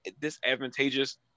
disadvantageous